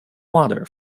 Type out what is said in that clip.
water